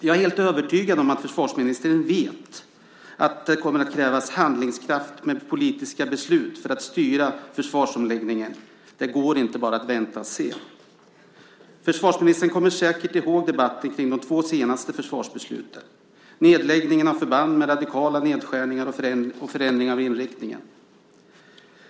Jag är helt övertygad om att försvarsministern vet att det kommer att krävas handlingskraft med politiska beslut för att styra försvarsomläggningen. Det går inte bara att vänta och se. Försvarsministern kommer säkert ihåg debatten kring de två senaste försvarsbesluten. Det var nedläggningar av förband med radikala nedskärningar och förändringar av inriktningen.